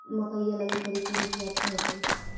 मकईया लगी करिकी मिट्टियां अच्छा होतई